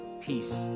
peace